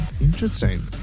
Interesting